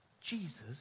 Jesus